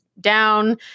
down